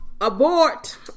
Abort